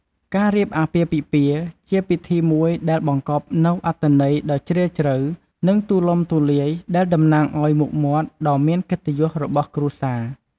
ការរៀបអាពាហ៍ពិពាហ៍ ជាពិធីមួយដែលបង្កប់នូវអត្ថន័យដ៏ជ្រាលជ្រៅ និងទូលំទូលាយដែលតំណាងឲ្យមុខមាត់ដ៏មានកិត្តិយសរបស់គ្រួសារ។